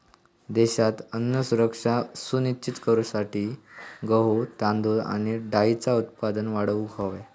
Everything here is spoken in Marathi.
देशात अन्न सुरक्षा सुनिश्चित करूसाठी गहू, तांदूळ आणि डाळींचा उत्पादन वाढवूक हव्या